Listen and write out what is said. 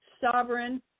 sovereign